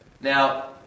Now